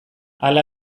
hala